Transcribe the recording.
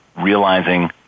realizing